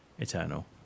eternal